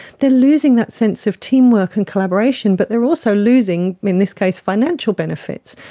they are losing that sense of teamwork and collaboration but they are also losing, in this case, financial benefits.